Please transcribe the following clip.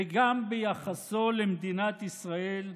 וגם ביחסו למדינת ישראל,